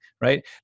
Right